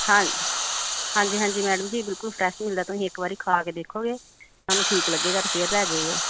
ਹਾਂ ਹਾਂਜੀ ਹਾਂਜੀ ਮੈਡਮ ਜੀ ਬਿਲਕੁਲ ਫਰੈਸ਼ ਮਿਲਦਾ ਤੁਸੀਂ ਇੱਕ ਵਾਰੀ ਖਾ ਕੇ ਦੇਖੋਗੇ ਤੁਹਾਨੂੰ ਠੀਕ ਲੱਗੇਗਾ ਤੇ ਫਿਰ ਲੈ ਜਾਈਓ